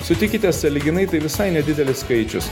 sutikite sąlyginai tai visai nedidelis skaičius